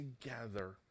together